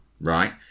right